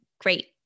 great